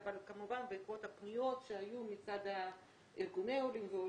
כמובן בעקבות פניות שהיו מצד ארגוני עולים ועולים,